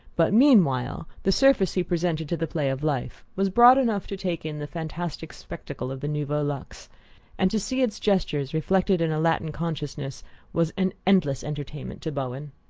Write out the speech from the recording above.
but meanwhile the surface he presented to the play of life was broad enough to take in the fantastic spectacle of the nouveau luxe and to see its gestures reflected in a latin consciousness was an endless entertainment to bowen.